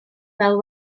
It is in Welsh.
fel